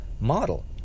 model